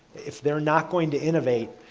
if they're not going to innovate,